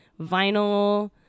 vinyl